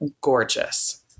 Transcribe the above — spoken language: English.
gorgeous